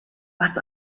was